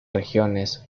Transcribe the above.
regiones